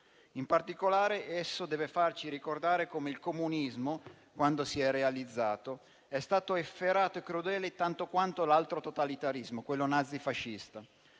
In particolare, esso deve farci ricordare come il comunismo, quando si è realizzato, è stato efferato e crudele tanto quanto l'altro totalitarismo, quello nazifascista.